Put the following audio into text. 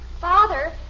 Father